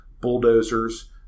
Bulldozers